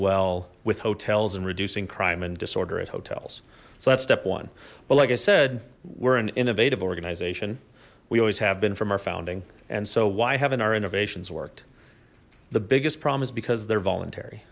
well with hotels and reducing crime and disorder at hotels so that's step one but like i said we're an innovative organization we always have been from our founding and so why haven't our innovations worked the biggest problem is because they're voluntary